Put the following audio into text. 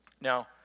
Now